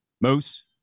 Moose